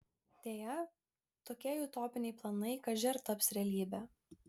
deja tokie jų utopiniai planai kaži ar taps realybe